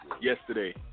Yesterday